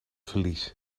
verlies